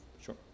Sure